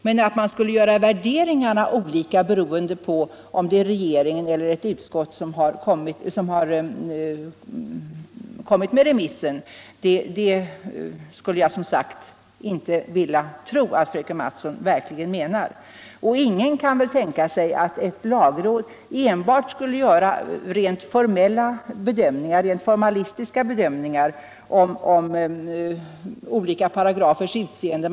Men att värderingarna skulle bli olika beroende på om det är regeringen eller ett utskott som har överlämnat remissen, det skulle jag som sagt inte vilja tro att fröken Mattson verkligen menar. Och ingen kan väl tänka sig att ett lagråd enbart skulle göra rent formalistiska bedömningar om olika paragrafers utseende.